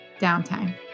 Downtime